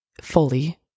fully